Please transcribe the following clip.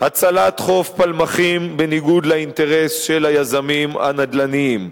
הצלת חוף פלמחים בניגוד לאינטרס של היזמים הנדל"ניים,